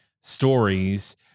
stories